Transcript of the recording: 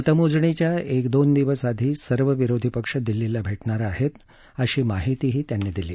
मतमोजणीच्या एक दोन दिवस आधी सर्व विरोधी पक्ष दिल्लीला भेटणार आहोत अशी माहितीही त्यांनी दिली